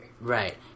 Right